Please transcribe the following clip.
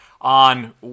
on